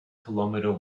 kilometre